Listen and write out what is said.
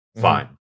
fine